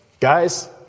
guys